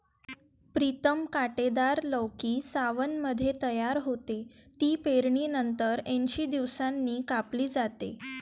प्रीतम कांटेदार लौकी सावनमध्ये तयार होते, ती पेरणीनंतर ऐंशी दिवसांनी कापली जाते